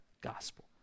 gospel